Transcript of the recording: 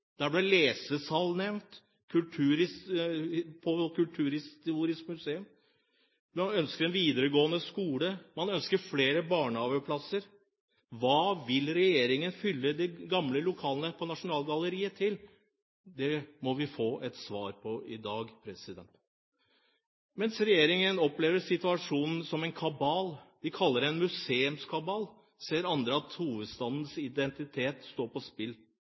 Der ble det nevnt lesesal på Kulturhistorisk museum, man ønsker en videregående skole, man ønsker flere barnehageplasser. Hva vil regjeringen fylle de gamle lokalene til Nasjonalgalleriet med? Det må vi få et svar på i dag. Mens regjeringen opplever situasjonen som en kabal – de kaller det en «museumskabal» – ser andre at hovedstadens identitet står på spill.